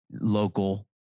Local